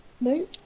no